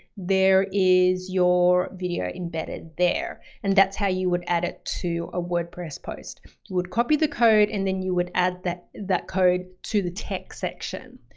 there is your video embedded there and that's how you would add it to a wordpress post, you would copy the code and then you would add that that code to the text section.